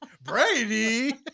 Brady